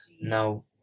Now